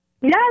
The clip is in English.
Yes